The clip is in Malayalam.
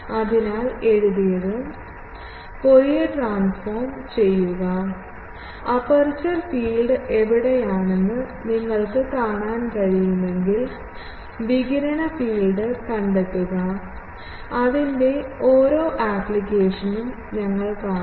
അതിനാൽ എഴുതിയത് ഫൂറിയർ ട്രാൻസ്ഫോo ചെയ്യുക അപ്പേർച്ചർ ഫീൽഡ് എവിടെയാണെന്ന് നിങ്ങൾക്ക് കാണാൻ കഴിയുമെങ്കിൽ വികിരണ ഫീൽഡ് കണ്ടെത്തുക അതിന്റെ ഓരോ ആപ്ലിക്കേഷനും ഞങ്ങൾ കാണും